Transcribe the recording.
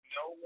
no